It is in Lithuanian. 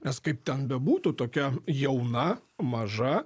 nes kaip ten bebūtų tokia jauna maža